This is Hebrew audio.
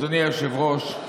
אדוני היושב-ראש,